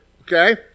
okay